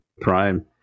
Prime